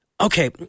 Okay